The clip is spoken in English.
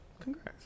congrats